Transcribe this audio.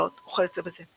לפרסם הודעות וכיוצא בזה.